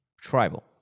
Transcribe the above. Tribal